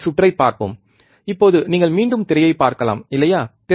எனவே சுற்றைப் பார்ப்போம் இப்போது நீங்கள் மீண்டும் திரையைப் பார்க்கலாம் இல்லையா